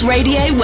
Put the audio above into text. Radio